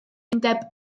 undeb